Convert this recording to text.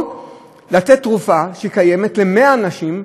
או לתת תרופה שהיא קיימת ל-100 אנשים,